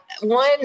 One